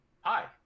Hi